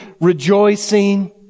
rejoicing